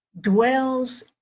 dwells